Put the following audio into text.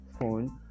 phone